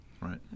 Right